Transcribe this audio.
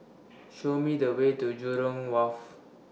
Show Me The Way to Jurong Wharf